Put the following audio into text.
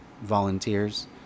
volunteers